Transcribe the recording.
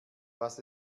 was